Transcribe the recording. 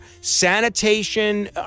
sanitation